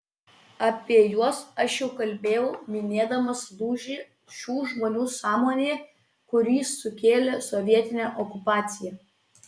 apie juos aš jau kalbėjau minėdamas lūžį šių žmonių sąmonėje kurį sukėlė sovietinė okupacija